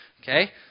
okay